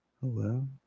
Hello